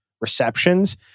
receptions